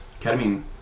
Ketamine